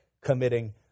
committing